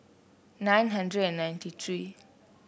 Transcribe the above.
nine hundred and ninety three